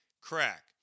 crack